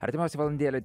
artimiausią valandėlę